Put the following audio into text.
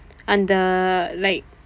அந்த:andtha like